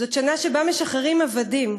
היא שנה שבה משחררים עבדים,